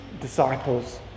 disciples